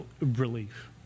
Relief